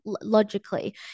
logically